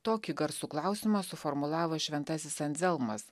tokį garsų klausimą suformulavo šventasis anzelmas